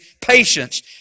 patience